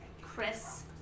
Chris